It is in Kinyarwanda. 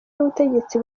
n’ubutegetsi